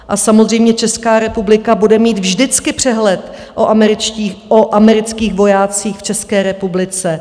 A samozřejmě Česká republika bude mít vždycky přehled o amerických vojácích v České republice.